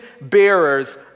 bearers